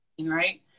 right